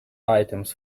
items